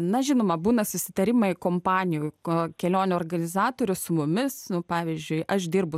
na žinoma būna susitarimai kompanijų ko kelionių organizatorių su mumis nu pavyzdžiui aš dirbu